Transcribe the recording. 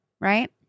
Right